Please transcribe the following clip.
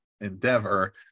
endeavor